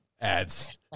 ads